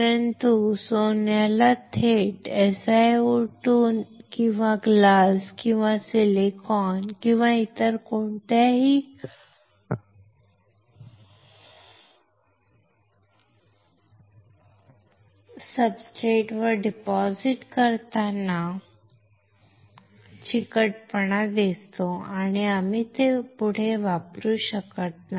परंतु सोन्याला थेट SiO2 किंवा काच किंवा सिलिकॉन किंवा इतर कोणत्याही सब्सट्रेटवर जमा करताना खराब चिकटपणा असतो आणि आम्ही ते पुढे वापरू शकत नाही